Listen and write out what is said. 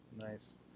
Nice